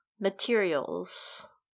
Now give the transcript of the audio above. materials